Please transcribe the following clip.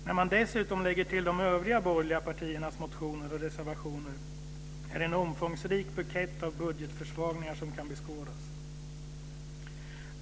När man dessutom lägger till de övriga borgerliga partiernas motioner och reservationer är det en omfångsrik bukett av budgetförsvagningar som kan beskådas.